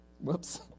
Whoops